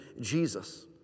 jesus